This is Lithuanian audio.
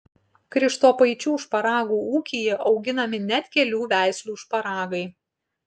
krištopaičių šparagų ūkyje auginami net kelių veislių šparagai